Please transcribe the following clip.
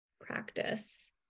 practice